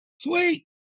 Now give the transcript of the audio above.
Sweet